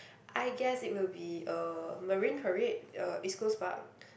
I guess it will be uh Marine-Parade uh East-Coast-Park